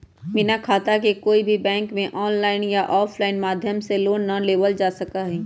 बिना खाता के कोई भी बैंक में आनलाइन या आफलाइन माध्यम से लोन ना लेबल जा सका हई